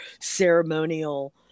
ceremonial